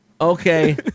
Okay